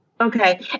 Okay